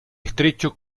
estrecho